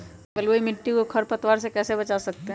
बलुई मिट्टी को खर पतवार से कैसे बच्चा सकते हैँ?